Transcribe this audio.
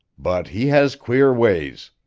but he has queer ways.